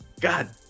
God